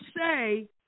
say